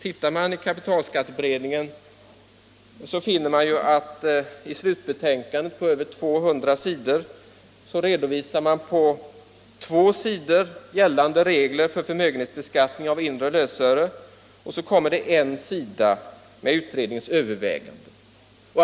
Tittar vi i kapitalskatteberedningens slutbetänkande — på över 200 sidor — finner vi att utredningen på två sidor redovisar gällande regler för förmögenhetsbeskattning av inre lösöre och sedan kommer det en sida med utredningens överväganden.